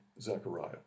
Zechariah